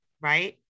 right